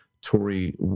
Tory